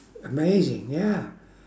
amazing ya